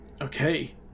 Okay